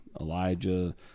Elijah